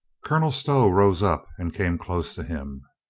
colonel stow rose up and came close to him.